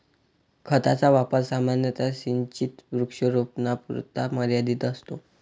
खताचा वापर सामान्यतः सिंचित वृक्षारोपणापुरता मर्यादित असतो